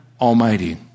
Almighty